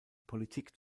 politik